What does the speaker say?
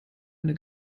eine